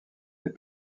des